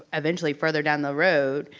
ah eventually further down the road,